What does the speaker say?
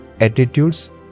attitudes